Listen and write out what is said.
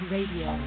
Radio